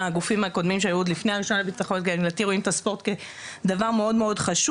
רואים את הספורט כדבר מאוד מאוד חשוב,